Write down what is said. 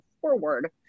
forward